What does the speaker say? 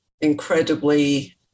incredibly